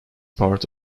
part